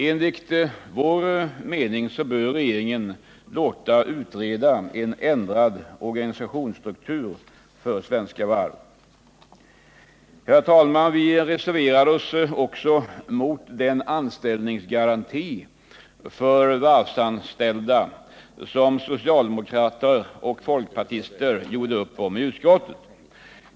Enligt vår mening bör regeringen låta utreda en ändrad organisationsstruktur för de statliga varven. Herr talman! Vi reserverade oss också mot den anställningsgaranti för de varvsanställda som socialdemokrater och folkpartister gjorde upp om i utskottet.